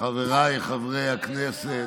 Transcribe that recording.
חבריי חברי הכנסת,